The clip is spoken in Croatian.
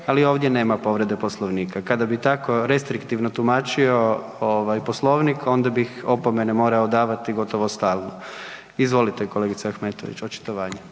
ali ovdje nema povrede Poslovnika. Kada bi tako restriktivno tumačio ovaj Poslovnik onda bih opomene morao davati gotovo stalno. Izvolite kolegice Ahmetović, očitovanje.